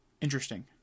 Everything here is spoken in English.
interesting